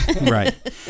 Right